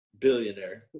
Billionaire